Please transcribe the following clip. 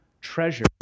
treasure